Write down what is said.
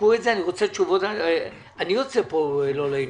אני יוצא פה לא לעניין.